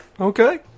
Okay